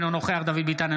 אינו נוכח דוד ביטן,